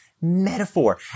metaphor